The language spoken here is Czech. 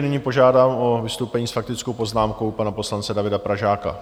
Nyní požádám o vystoupení s faktickou poznámkou pana poslance Davida Pražáka.